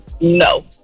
No